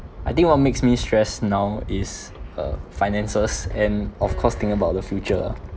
I think what makes me stressed now is uh finances and of course thinking about the future ah